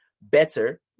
Better